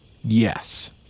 Yes